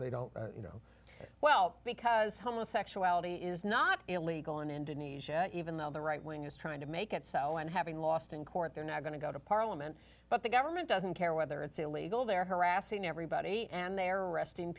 they don't know well because homosexuality is not illegal in indonesia even though the right wing is trying to make it so and having lost in court they're not going to go to parliament but the government doesn't care whether it's illegal they're harassing everybody and they're arresting